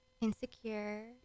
insecure